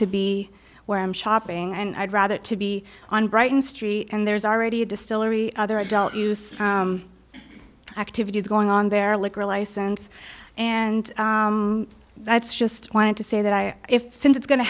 to be where i'm shopping and i'd rather it to be on brighton street and there's already a distillery other adult use activities going on there a liquor license and that's just wanted to say that i if since it's going to